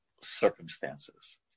circumstances